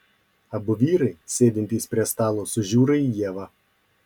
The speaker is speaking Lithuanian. abu vyrai sėdintys prie stalo sužiūra į ievą